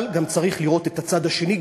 אבל גם צריך לראות את הצד השני.